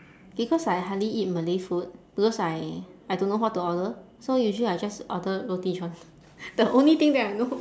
because I hardly eat malay food because I I don't know what to order so usually I just order roti john the only thing that I know